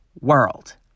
world